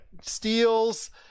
steals